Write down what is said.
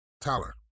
Tyler